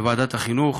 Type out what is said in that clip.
ועדת החינוך,